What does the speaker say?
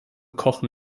kochen